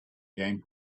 game